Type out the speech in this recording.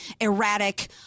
Erratic